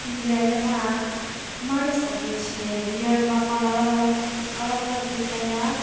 બીએડમાં મળી શકે છે બીએડમાં પણ અલગ અલગ શિક અલગ અલગ વિષયના